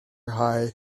high